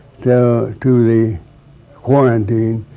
to to the quarantine